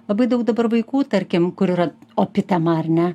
labai daug dabar vaikų tarkim kur yra opi tema ar ne